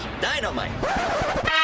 Dynamite